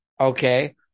Okay